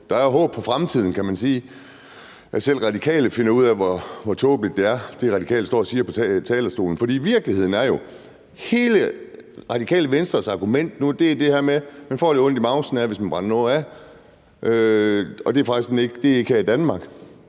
der er håb for fremtiden, kan man sige, når selv Radikale finder ud af, hvor tåbeligt det, Radikale står og siger fra talerstolen, er. Hele Radikale Venstres argumentation nu er det der med, at man får lidt ondt i mavsen over, at nogen brænder noget af, og det er ikke her i Danmark.